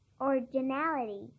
originality